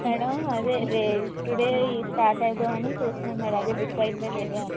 madam అదే రే today is Saturday అని చూస్తున్నాను మేడం అదే బుక్ అయిందే లేదే అని